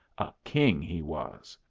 a king, he was.